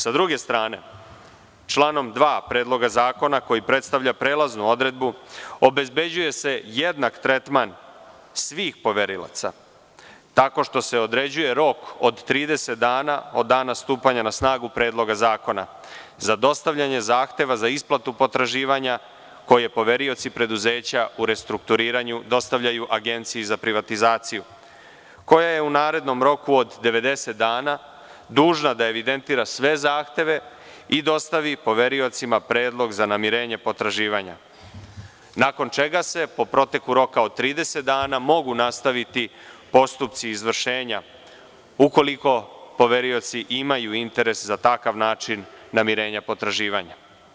Sa druge strane, članom 2. Predloga zakona koji predstavlja prelaznu odredbu obezbeđuje se jednak tretman svih poverilaca tako što se određuje rok od 30 dana od dana stupanja na snagu Predloga zakona za dostavljanje zahteva za isplatu potraživanja koje poverioci preduzeća u restrukturiranju dostavljaju Agenciji za privatizaciju, koja je u narednom roku od 90 dana dužna da evidentira sve zahteve i dostavi poveriocima predlog za namirenjem potraživanja, nakon čega se po proteku roka od 30 dana mogu nastaviti postupci izvršenja ukoliko poverioci imaju interes za takav način namirenja potraživanja.